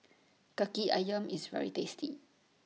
Kaki Ayam IS very tasty